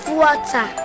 water